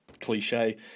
cliche